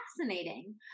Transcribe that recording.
fascinating